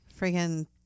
freaking